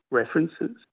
references